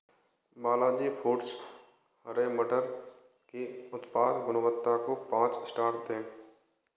Balaji Foods हरे मटर की उत्पाद गुणवत्ता को पाँच स्टार दें